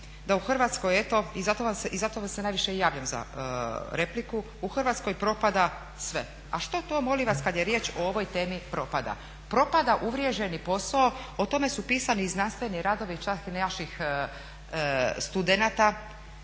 da u Hrvatskoj eto, i zato vam se najviše i javljam za repliku, u Hrvatskoj propada sve. A što to molim vas kad je riječ o ovoj temi propada? Propada uvriježeni posao, o tome su pisani znanstveni radovi čak i naših studenata